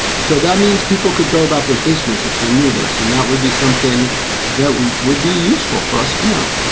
so that means people could go about their business if they knew this and that would be something that would be useful for us to know,